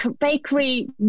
bakery